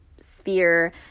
sphere